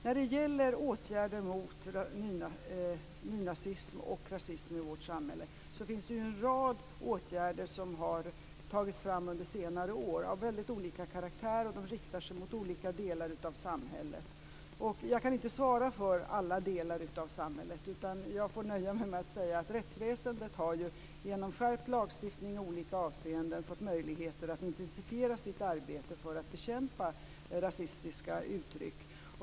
När det gäller åtgärder mot nynazism och rasism i vårt samhälle kan jag säga att en rad åtgärder har tagits fram under senare år. De är av väldigt olika karaktär, och de riktar sig mot olika delar av samhället. Jag kan inte svara för alla delar av samhället. Jag får nöja mig med att säga att rättsväsendet genom skärpt lagstiftning i olika avseenden fått möjligheter att intensifiera sitt arbete för att bekämpa rasistiska uttryck.